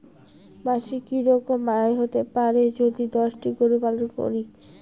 মাসিক কি রকম আয় হতে পারে যদি দশটি গরু পালন করি?